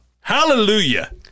Hallelujah